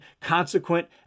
consequent